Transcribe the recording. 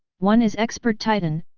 one is expert titan,